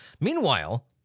Meanwhile